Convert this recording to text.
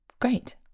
great